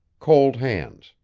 cold hands.